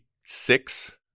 six